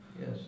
Yes